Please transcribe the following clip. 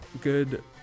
good